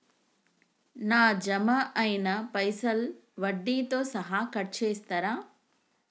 నా జమ అయినా పైసల్ వడ్డీతో సహా కట్ చేస్తరా?